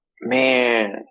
Man